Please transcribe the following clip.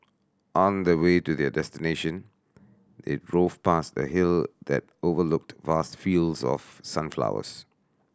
on the way to their destination they drove past a hill that overlooked vast fields of sunflowers